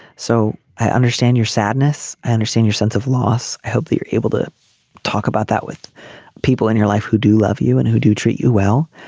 so i understand your sadness. i understand your sense of loss. hope you're able to talk about that with people in your life who do love you and who do treat you well.